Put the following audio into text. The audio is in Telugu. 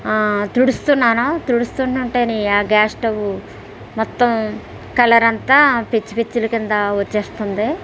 ఆ తుడుస్తున్నాను తుడుస్తుంటేనే గ్యాస్ స్టవ్ మొత్తం కలర్ అంతా పెచ్చు పెచ్చులు కింద వచ్చేస్తుంది